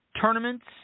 tournaments